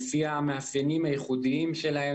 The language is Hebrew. לפי המאפיינים הייחודיים שלהם,